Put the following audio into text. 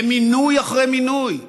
במינוי אחרי מינוי,